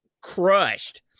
crushed